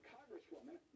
Congresswoman